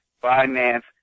Finance